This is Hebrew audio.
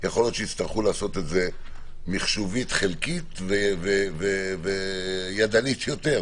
יכול להיות שיצטרכו לעשות את זה חישובית חלקית וידנית יותר,